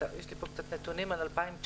יש לי קצת נתונים על 2019